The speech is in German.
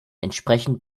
entsprechend